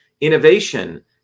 Innovation